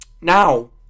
now